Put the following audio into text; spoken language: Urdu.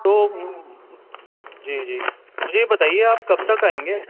تو جی جی مجھے یہ بتائیے آپ کب تک آئیں گے